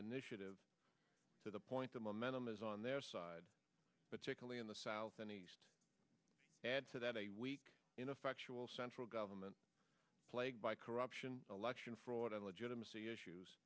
initiative to the point the momentum is on their side particularly in the south and east add to that a weak ineffectual central government plagued by corruption election fraud and legitimacy issues